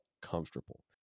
comfortable